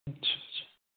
अच्छा अच्छा